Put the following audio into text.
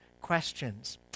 questions